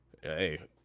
Hey